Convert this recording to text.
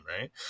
right